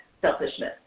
selfishness